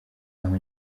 aho